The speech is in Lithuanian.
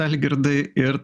algirdai ir